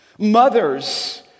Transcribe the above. Mothers